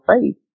faith